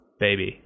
baby